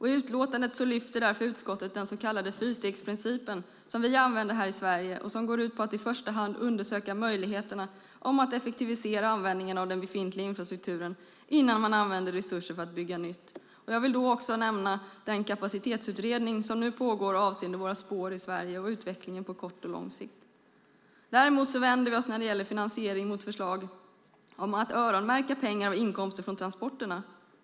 I utlåtandet lyfter därför utskottet fram den så kallade fyrstegsprincipen som vi använder här i Sverige och som går ut på att i första hand undersöka möjligheterna att effektivisera användningen av den befintliga infrastrukturen innan man använder resurser för att bygga nytt. Jag vill då också nämna den kapacitetsutredning som nu pågår avseende våra spår i Sverige och utvecklingen på kort och lång sikt. Däremot vänder vi oss när det gäller finansiering mot förslag om att öronmärka pengar av inkomster från transporterna.